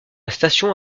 station